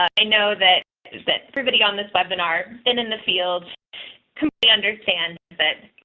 i know that is that, everybody on this webinar, been in the field completely understand but,